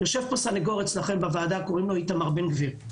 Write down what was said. יושב פה סניגור אצלכם בוועדה בשם איתמר בן גביר.